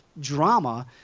drama